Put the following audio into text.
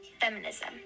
Feminism